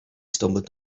stumbled